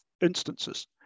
instances